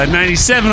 97